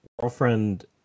girlfriend